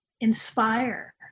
inspire